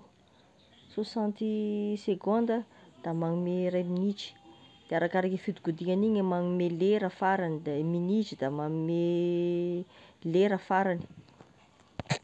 soixante secondes, da magnome ray minitry, de arakaraky e fihodikodinany igny e manome lera farany da e mignitry da magnome lera farany.